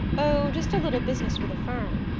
oh, just a little business for the firm.